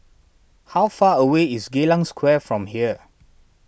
how far away is Geylang Square from here